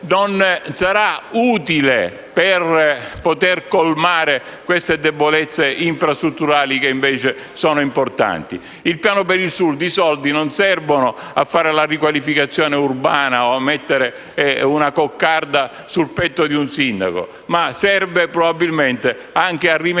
non saranno utili per poter colmare le debolezze infrastrutturali, che invece sono importanti. I soldi del Piano per il Sud non servono a fare la riqualificazione urbana o a mettere una coccarda sul petto di un sindaco, ma servono anche a rimediare